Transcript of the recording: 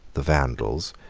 the vandals,